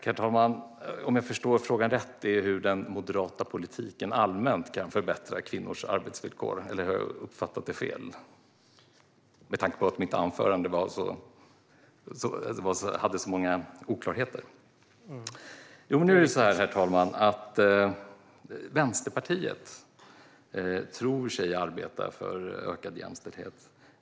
Herr talman! Om jag förstår frågan rätt handlar den om hur den moderata politiken allmänt kan förbättra kvinnors arbetsvillkor. Eller har jag uppfattat det fel, med tanke på att min anförande innehöll så många oklarheter? Det är ju så här, herr talman, att Vänsterpartiet tror sig arbeta för ökad jämställdhet.